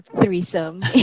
threesome